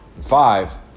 Five